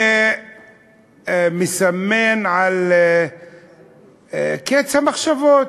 זה מסמן את קץ המחשבות.